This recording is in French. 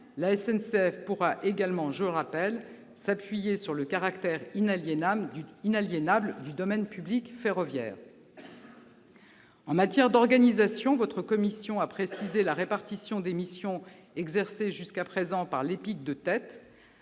la SNCF pourra également, je le rappelle, s'appuyer sur le caractère inaliénable du domaine public ferroviaire. En matière d'organisation, votre commission a précisé la répartition des missions exercées jusqu'à présent par l'EPIC de